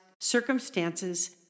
circumstances